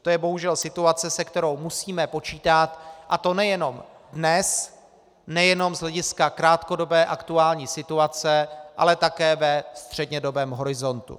To je bohužel situace, se kterou musíme počítat, a to nejenom dnes, nejenom z hlediska krátkodobé aktuální situace, ale také ve střednědobém horizontu.